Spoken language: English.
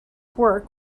work